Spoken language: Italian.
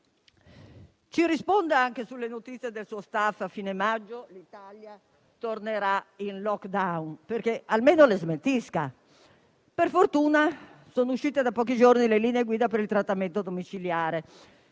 Ci risponda anche sulle notizie date dal suo *staff* per cui a fine maggio l'Italia tornerà in *lockdown*, almeno le smentisca. Per fortuna sono uscite da pochi giorni le linee guida per il trattamento domiciliare,